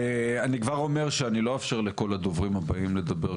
אני כבר אומר שאני לא אאפשר לכל הדוברים הבאים לדבר,